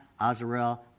Azarel